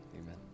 Amen